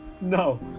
No